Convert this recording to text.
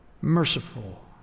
merciful